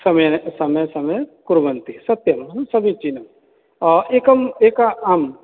समये समये समये कुर्वन्ति सत्यं समीचीनम् एकम् एका आम्